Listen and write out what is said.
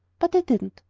but i didn't,